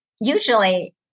usually